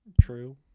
True